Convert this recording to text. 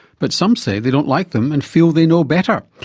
but some say they don't like them and feel they know better.